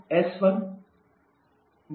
PE23915 kJkg और s1sg